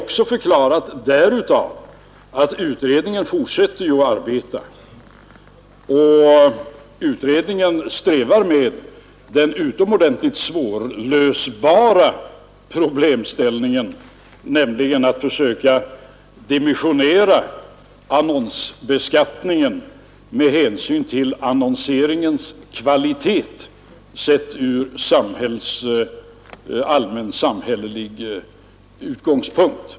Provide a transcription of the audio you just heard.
Det förklaras också därav att utredningen fortsätter att arbeta. Utredningen strävar med det utomordentligt svårlösta problemet att försöka dimensionera annonsbeskattningen med hänsyn till annonseringens kvalitet, sedd från allmän samhällelig synpunkt.